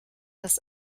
das